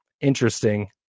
Interesting